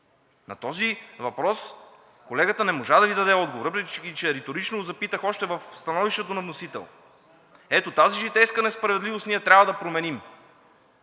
На този въпрос колегата не можа да Ви даде отговор, въпреки че риторично запитах още в становището на вносител. Ето тази житейска несправедливост ние трябва да променим,